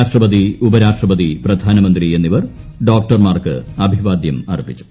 രാഷ്ട്രപതി ഉപരാഷ്ട്രപതി പ്രധാനമന്ത്രി എന്നിവർ ഡോക്ടർമാർക്ക് അഭിവാദ്യം അർപ്പിച്ചു